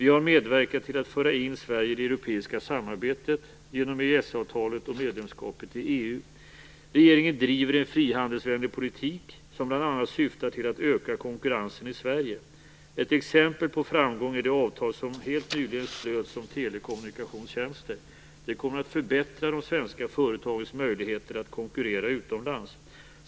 Vi har medverkat till att föra in Sverige i det europeiska samarbetet genom EES-avtalet och medlemskapet i EU. Regeringen driver en frihandelsvänlig politik som bl.a. syftar till att öka konkurrensen i Sverige. Ett exempel på framgång är det avtal som helt nyligen slöts om telekommunikationstjänster. Det kommer att förbättra de svenska företagens möjligheter att konkurrera utomlands.